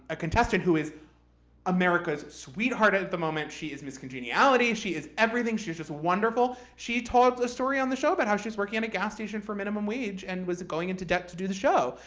contestant who is america's sweetheart at the moment. she is miss congeniality. she is everything. she's just wonderful. she told the story on the show about how she was working in a gas station for minimum wage and was going into debt to do the show.